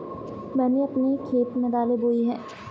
मैंने अपने खेत में दालें बोई हैं